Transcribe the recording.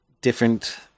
different